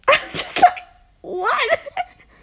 I'm just like what